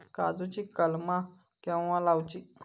काजुची कलमा केव्हा लावची?